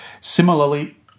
Similarly